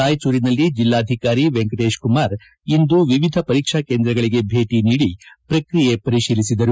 ರಾಯಚೂರಿನಲ್ಲಿ ಜಿಲ್ನಾಧಿಕಾರಿ ವೆಂಕಟೇಶ್ ಕುಮಾರ್ ಇಂದು ವಿವಿಧ ಪರೀಕ್ಷಾ ಕೇಂದ್ರಗಳಿಗೆ ಭೇಟಿ ನೀಡಿ ಪ್ರಕಿಯೆ ಪರಿಶೀಲಿಸಿದ್ದಾರೆ